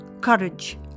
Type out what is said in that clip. courage